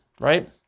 right